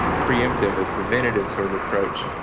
preemptive or preventative sort of approach.